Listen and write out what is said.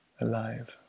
alive